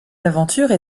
aventures